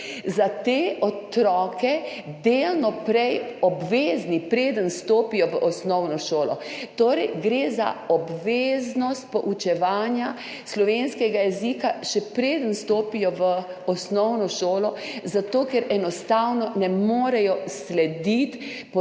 za te otroke – delno prej obvezni, preden vstopijo v osnovno šolo. Torej gre za obveznost poučevanja slovenskega jezika, še preden vstopijo v osnovno šolo, zato ker enostavno ne morejo slediti